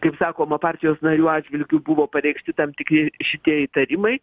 kaip sakoma partijos narių atžvilgiu buvo pareikšti tam tik šitie įtarimai